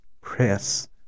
press